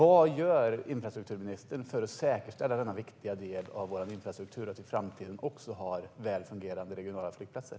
Vad gör infrastrukturministern för att säkerställa denna viktiga del av vår infrastruktur, så att vi även i framtiden har väl fungerande regionala flygplatser?